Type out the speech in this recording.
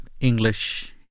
English